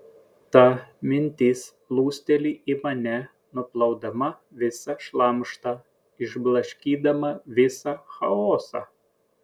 ta mintis plūsteli į mane nuplaudama visą šlamštą išblaškydama visą chaosą